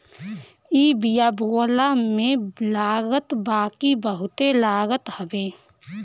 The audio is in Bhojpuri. इ बिया बोअला में लागत बाकी बहुते लागत हवे